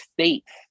states